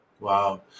Wow